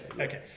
Okay